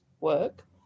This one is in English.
work